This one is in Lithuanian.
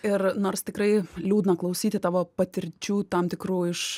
ir nors tikrai liūdna klausyti tavo patirčių tam tikrų iš